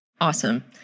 Awesome